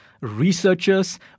researchers